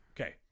Okay